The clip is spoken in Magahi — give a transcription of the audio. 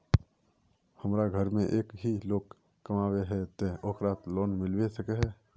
हमरा घर में एक ही लोग कमाबै है ते ओकरा लोन मिलबे सके है?